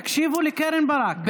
תקשיבו לקרן ברק.